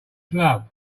glove